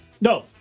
No